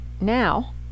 now